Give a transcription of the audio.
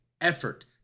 effort